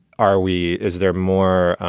are we? is there more